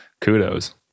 kudos